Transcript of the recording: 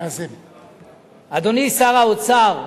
אדוני שר האוצר,